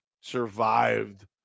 survived